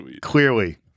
clearly